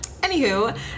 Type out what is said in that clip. anywho